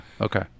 Okay